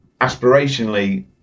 Aspirationally